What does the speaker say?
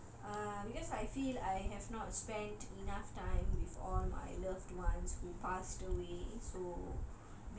err because I feel I have not spend enough time with all my loved ones who passed away so